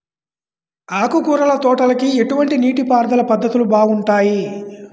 ఆకుకూరల తోటలకి ఎటువంటి నీటిపారుదల పద్ధతులు బాగుంటాయ్?